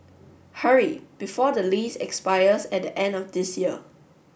hurry before the lease expires at the end of this year